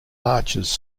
arches